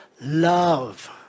love